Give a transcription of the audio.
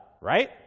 right